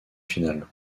finale